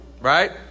Right